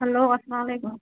hello اسلام علیکُم